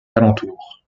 alentours